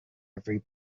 every